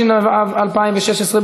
התשע"ו 2016,